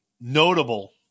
notable